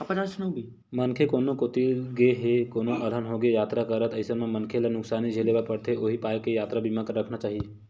मनखे कोनो कोती गे हे कोनो अलहन होगे यातरा करत अइसन म मनखे ल नुकसानी झेले बर परथे उहीं पाय के यातरा बीमा रखना चाही